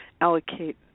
allocate